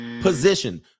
position